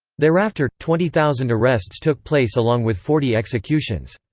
thereafter, twenty thousand arrests took place along with forty executions.